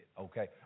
okay